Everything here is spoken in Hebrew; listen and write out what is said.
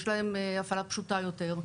יש להם הפעלה פשוטה יותר.